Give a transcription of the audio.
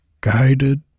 Guided